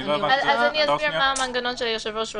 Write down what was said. אסביר מה המנגנון שהיושב-ראש רוצה.